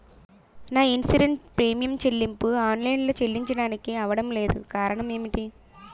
నా insurance premium చెల్లింపు online లో చెల్లించడానికి అవ్వడం లేదు కారణం ఏమిటి?